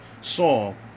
song